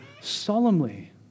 solemnly